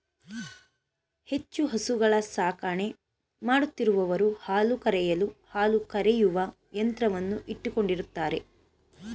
ಹೆಚ್ಚು ಹಸುಗಳ ಸಾಕಣೆ ಮಾಡುತ್ತಿರುವವರು ಹಾಲು ಕರೆಯಲು ಹಾಲು ಕರೆಯುವ ಯಂತ್ರವನ್ನು ಇಟ್ಟುಕೊಂಡಿರುತ್ತಾರೆ